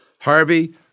Harvey